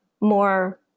more